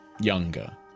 younger